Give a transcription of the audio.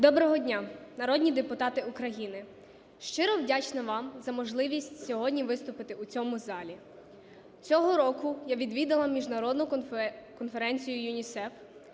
Доброго дня, народні депутати України! Щиро вдячна вам за можливість сьогодні виступити у цьому залі. Цього року я відвідала Міжнародну конференцію ЮНІСЕФ